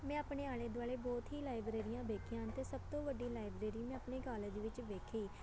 ਮੈਂ ਆਪਣੇ ਆਲੇ ਦੁਆਲੇ ਬਹੁਤ ਹੀ ਲਾਇਬ੍ਰੇਰੀਆਂ ਵੇਖੀਆਂ ਹਨ ਅਤੇ ਸਭ ਤੋਂ ਵੱਡੀ ਲਾਇਬ੍ਰੇਰੀ ਮੈਂ ਆਪਣੇ ਕਾਲਜ ਵਿੱਚ ਵੇਖੀ